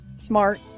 smart